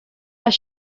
les